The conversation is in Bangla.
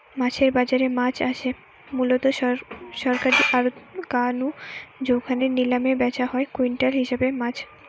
মাছের বাজারে মাছ আসে মুলত সরকারী আড়ত গা নু জউখানে নিলামে ব্যাচা হয় কুইন্টাল হিসাবে মাছ